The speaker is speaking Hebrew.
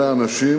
אלה אנשים